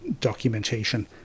documentation